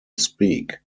speak